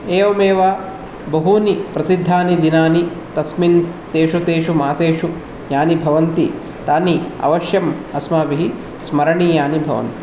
एवमेव बहूनि प्रसिद्धानि दिनानि तस्मिन् तेषु तेषु मासेषु यानि भवन्ति तानि अवश्यम् अस्माभिः स्मरणीयानि भवन्ति